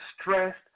stressed